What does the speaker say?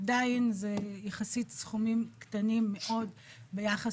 עדיין זה יחסית סכומים קטנים מאוד ביחס